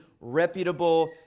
reputable